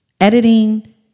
Editing